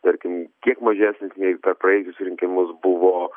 tarkim kiek mažesnis nei per praėjusius rinkimus buvo